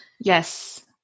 Yes